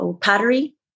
pottery